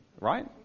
right